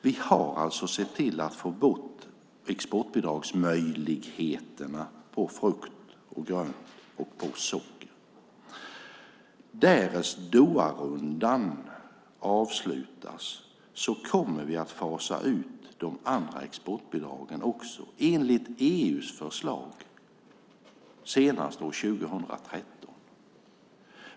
Vi har sett till att få bort exportbidragsmöjligheterna på frukt, grönt och socker. Därest Doharundan avslutas kommer vi också att fasa ut de andra exportbidragen, enligt EU:s förslag senast år 2013.